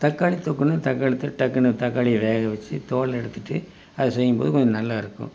தக்காளி தொக்குன்னால் தக்காளி டக்குனு தக்காளியை வேக வைச்சு தோல் எடுத்துட்டு அதை செய்யும்போது கொஞ்சம் நல்லாயிருக்கும்